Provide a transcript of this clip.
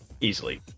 easily